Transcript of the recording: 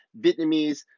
Vietnamese